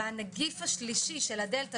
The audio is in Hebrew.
והנגיף השלישי של הדלתא,